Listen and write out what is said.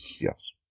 yes